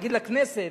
להגיד לכנסת: